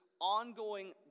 ongoing